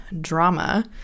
drama